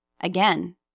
Again